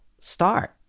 start